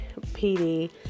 PD